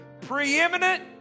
preeminent